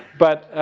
but